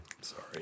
Sorry